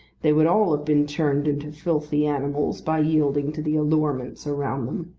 they would all have been turned into filthy animals by yielding to the allurements around them.